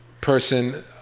person